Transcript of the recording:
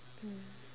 mm